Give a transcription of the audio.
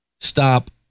Stop